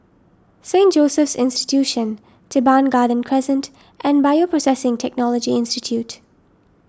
Saint Joseph's Institution Teban Garden Crescent and Bioprocessing Technology Institute